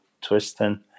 twisting